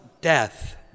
death